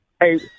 Hey